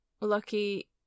lucky